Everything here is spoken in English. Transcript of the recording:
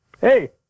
Hey